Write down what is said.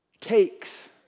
takes